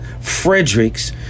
Fredericks